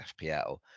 FPL